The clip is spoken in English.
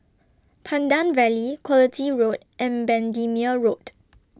Pandan Valley Quality Road and Bendemeer Road